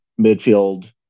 midfield –